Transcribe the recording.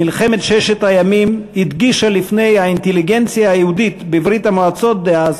מלחמת ששת הימים הדגישה לפני האינטליגנציה היהודית בברית-המועצות דאז